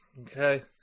okay